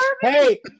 hey